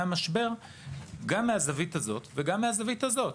המשבר גם מהזווית הזו וגם מהזווית הזו.